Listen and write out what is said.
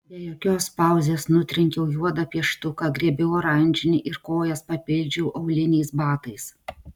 be jokios pauzės nutrenkiau juodą pieštuką griebiau oranžinį ir kojas papildžiau auliniais batais